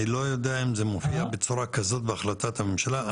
אני לא יודע אם זה מופיע בצורה כזאת בהחלטת הממשלה.